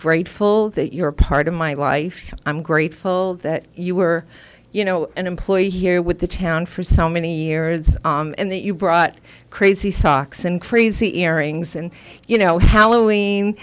grateful that you're a part of my life i'm grateful that you were you know an employee here with the town for so many years and that you brought crazy socks and crazy earrings and you know h